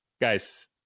guys